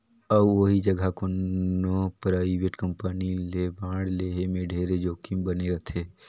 अउ ओही जघा कोनो परइवेट कंपनी के बांड लेहे में ढेरे जोखिम बने रथे